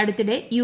അടുത്തിടെ യു